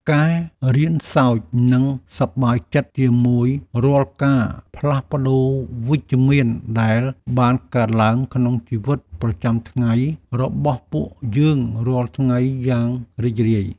ការរៀនសើចនិងសប្បាយចិត្តជាមួយរាល់ការផ្លាស់ប្តូរវិជ្ជមានដែលបានកើតឡើងក្នុងជីវិតប្រចាំថ្ងៃរបស់ពួកយើងរាល់ថ្ងៃយ៉ាងរីករាយ។